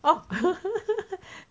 oh